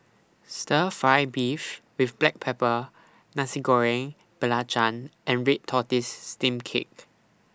Stir Fry Beef with Black Pepper Nasi Goreng Belacan and Red Tortoise Steamed Cake